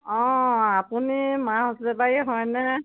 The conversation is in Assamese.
অঁ আপুনি মাছ বেপাৰী হয়নে